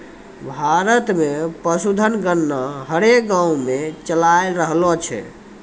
भारत मे पशुधन गणना हरेक गाँवो मे चालाय रहलो छै